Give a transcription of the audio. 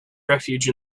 refuge